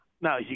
No